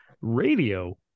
radio